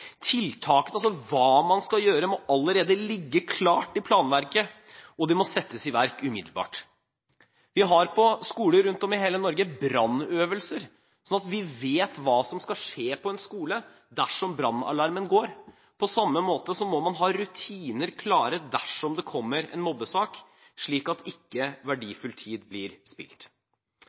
Tiltakene, altså hva man skal gjøre, må allerede ligge klart i planverket, og det må settes i verk umiddelbart. Vi har på skoler rundt om i hele Norge brannøvelser sånn at vi vet hva som skal skje på en skole dersom brannalarmen går. På samme måte må man ha rutiner klare dersom det kommer en mobbesak, slik at ikke verdifull tid blir spilt.